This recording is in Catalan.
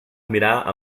admirar